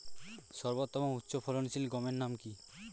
সর্বতম উচ্চ ফলনশীল গমের নাম কি?